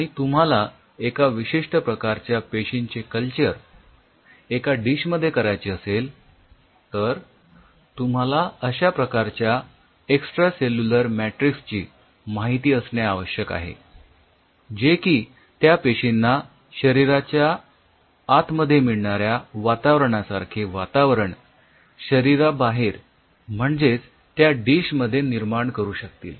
जर तुम्हाला एका विशिष्ठ प्रकारच्या पेशींचे कल्चर एका डिशमध्ये करायचे असेल तर तुम्हाला अश्या प्रकारच्या एक्सट्रासेल्युलर मॅट्रिक्स ची माहिती असणे आवश्यक आहे जे की त्या पेशींना शरीराच्या आतमध्ये मिळणाऱ्या वातावरणासारखे वातावरण शरीराबाहेर म्हणजेच त्या डिशमध्ये निर्माण करू शकतील